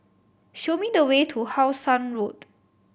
show me the way to How Sun Road